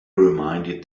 reminded